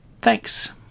Thanks